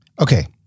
Okay